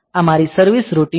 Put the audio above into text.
આ મારી service routine છે